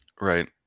Right